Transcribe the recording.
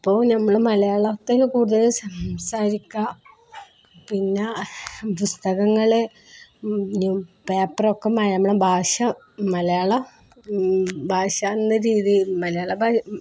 അപ്പോള് നമ്മള് മലയാളത്തില് കൂടുതല് സംസാരിക്കുക പിന്നെ പുസ്തകങ്ങളും പേപ്പറുമൊക്കെ നമ്മുടെ ഭാഷ മലയാള ഭാഷയെന്ന രീതിയില്